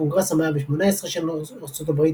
הקונגרס ה-118 של ארצות הברית,